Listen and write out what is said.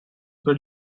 per